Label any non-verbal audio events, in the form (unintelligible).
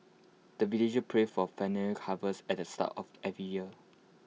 the villagers pray for (unintelligible) harvest at the start of every year